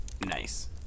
nice